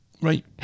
Right